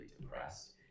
depressed